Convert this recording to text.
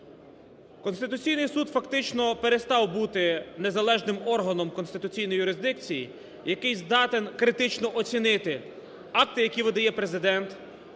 Конституційний Суд фактично перестав бути незалежним органом конституційної юрисдикції, який здатен критично оцінити акти, які видає Президент,